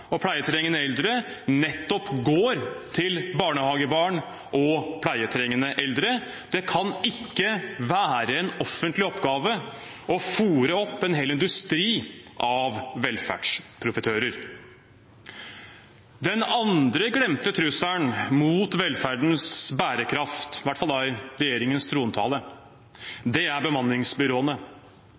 og pleietrengende eldre, nettopp går til barnehagebarn og pleietrengende eldre. Det kan ikke være en offentlig oppgave å fôre opp en hel industri av velferdsprofitører. Den andre glemte trusselen mot velferdens bærekraft – i hvert fall i regjeringens trontale – er bemanningsbyråene.